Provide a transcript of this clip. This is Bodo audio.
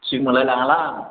थिग मोनलाय लाङालां